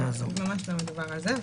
ממש לא מדובר על זה.